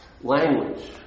Language